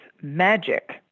magic